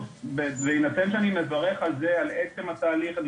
בהינתן שאני מברך על עצם התהליך אני